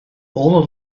all